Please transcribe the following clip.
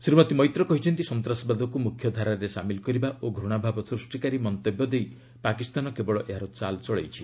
ଶ୍ରୀମତୀ ମୈତ୍ର କହିଛନ୍ତି ସନ୍ତାସବାଦକୁ ମୁଖ୍ୟ ଧାରାରେ ସାମିଲ କରିବା ଓ ଘୁଶାଭାବ ସୃଷ୍ଟିକାରୀ ମନ୍ତବ୍ୟ ଦେଇ ପାକିସ୍ତାନ କେବଳ ଏହାର ଚାଲ୍ ଚଳାଇଛି